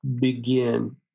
begin